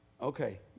okay